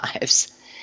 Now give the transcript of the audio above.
lives